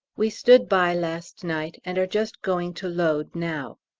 we stood by last night, and are just going to load now.